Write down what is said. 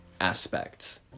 aspects